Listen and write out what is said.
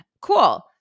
Cool